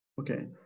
Okay